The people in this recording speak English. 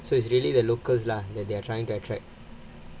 so it's really the locals lah that they are trying to attract